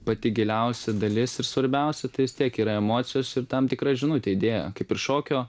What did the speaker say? pati giliausia dalis ir svarbiausia tai vis tiek yra emocijos ir tam tikra žinutė idėja kaip ir šokio